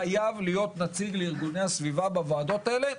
חייב להיות נציג לארגוני הסביבה בוועדות האלה.